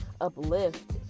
uplift